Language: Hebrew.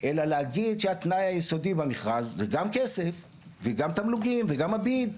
אלא להגיד שהתנאי היסודי במרכז זה גם כסף וגם תגמולים וגם הביד,